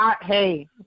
hey